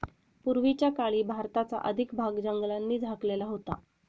पूर्वीच्या काळी भारताचा अधिक भाग जंगलांनी झाकलेला होता